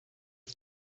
ist